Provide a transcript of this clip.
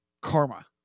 karma